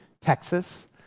Texas